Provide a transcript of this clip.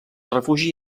refugi